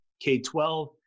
K-12